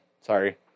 Sorry